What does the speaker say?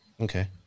Okay